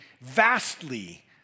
vastly